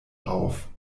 auf